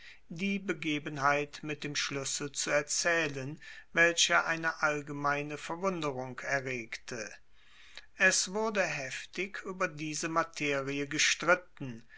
die begebenheit mit dem schlüssel zu erzählen welche eine allgemeine verwunderung erregte es wurde heftig über diese materie gestritten